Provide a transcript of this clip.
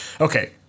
Okay